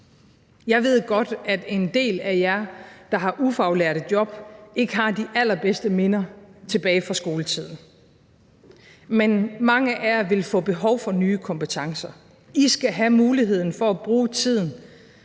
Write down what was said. Jeg ved godt, at en del af jer, der har ufaglærte job, ikke har de allerbedste minder fra skoletiden, men mange af jer vil få behov for nye kompetencer. I skal have muligheden for at bruge tiden